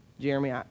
Jeremy